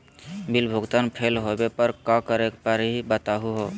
Bill भुगतान fail होवे पर का करै परही, बताहु हो?